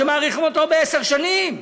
שמאריכים אותו בעשר שנים.